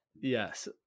Yes